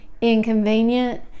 inconvenient